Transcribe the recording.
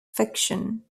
fiction